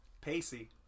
Pacey